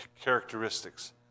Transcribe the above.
characteristics